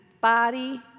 body